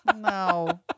No